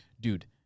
dude